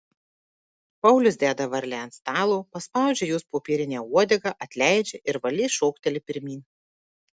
paulius deda varlę ant stalo paspaudžia jos popierinę uodegą atleidžia ir varlė šokteli pirmyn